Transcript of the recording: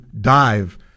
dive